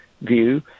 view